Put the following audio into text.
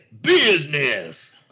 BUSINESS